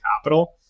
capital